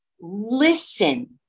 listen